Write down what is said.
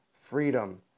freedom